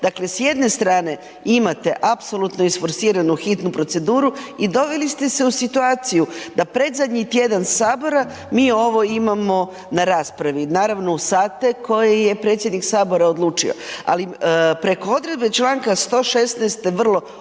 Dakle s jedne strane imate apsolutno isforsiranu hitnu proceduru i doveli ste se u situaciju da predzadnji tjedan Sabora mi ovo imamo na raspravi, naravno uz sate koje je predsjednik Sabora odlučio. Ali preko odredbe članka 116. vrlo olako